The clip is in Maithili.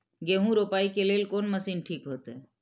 गेहूं रोपाई के लेल कोन मशीन ठीक होते?